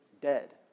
dead